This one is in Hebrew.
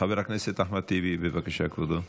חבר הכנסת אחמד טיבי, בבקשה, כבודו,